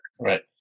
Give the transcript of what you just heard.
Right